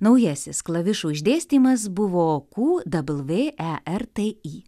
naujasis klavišų išdėstymas buvo ku dabl vė e r t i